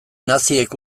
naziek